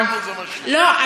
לא,